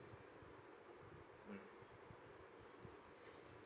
mm